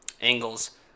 angles